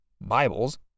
Bibles